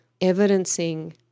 evidencing